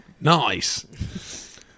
Nice